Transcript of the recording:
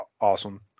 Awesome